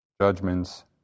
judgments